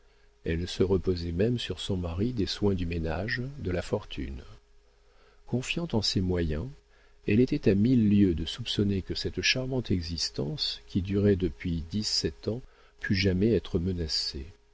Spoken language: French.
elle se reposait même sur son mari des soins du ménage de la fortune confiante en ses moyens elle était à mille lieues de soupçonner que cette charmante existence qui durait depuis dix-sept ans pût jamais être menacée